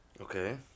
Okay